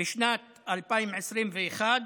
בשנת 2021,